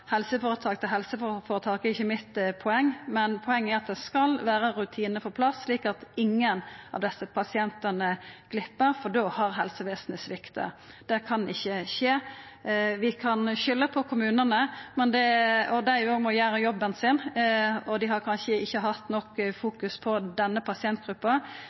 helseføretak til helseføretak, er ikkje mitt poeng. Poenget er at det skal vera rutinar på plass, slik at ingen av desse pasientane glepp, for da har helsestellet svikta. Det kan ikkje skje. Vi kan skulda på kommunane – dei òg må gjera jobben sin, og dei har kanskje ikkje fokusert nok på denne pasientgruppa